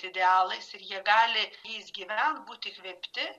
idealais ir jie gali jais gyvent būt įkvėpti